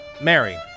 Mary